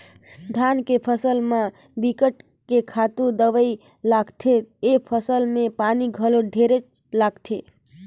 धान के फसल म बिकट के खातू दवई लागथे, ए फसल में पानी घलो ढेरे लागथे